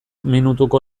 minutuko